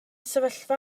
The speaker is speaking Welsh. sefyllfa